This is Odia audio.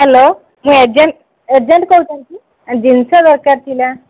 ହେଲୋ ମୁଁ ଏଜେଣ୍ଟ୍ ଏଜେଣ୍ଟ୍ କହୁଛନ୍ତି ଜିନଷ ଦରକାର ଥିଲା